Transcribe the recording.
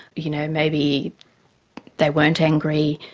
you know, maybe they weren't angry,